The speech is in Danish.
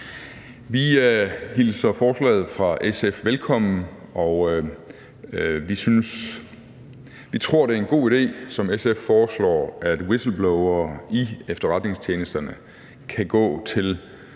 Vi hilser forslaget fra SF velkommen, og vi tror, det er en god idé, som SF foreslår, at whistleblowere i efterretningstjenesterne kan gå til